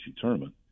tournament